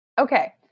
Okay